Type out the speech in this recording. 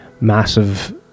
massive